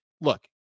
look